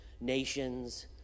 nations